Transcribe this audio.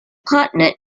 partnered